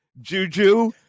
Juju